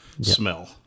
Smell